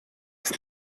ist